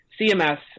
CMS